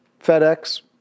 FedEx